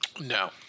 No